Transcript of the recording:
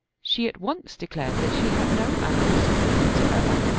she at once declared that she had no animosity whatsoever.